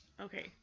Okay